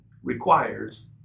requires